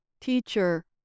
teacher